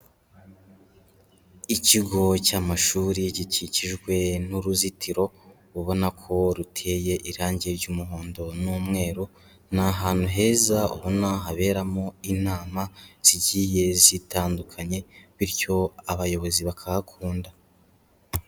Ikigo cy'amashuri gikikijwe n'uruzitiro ubona ko ruteye irange ry'umuhondo n'umweru, ni ahantu heza, ubona haberamo inama zigiye zitandukanye, bityo abayobozi bakahakunda.